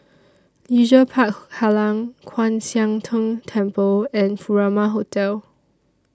Leisure Park Kallang Kwan Siang Tng Temple and Furama Hotel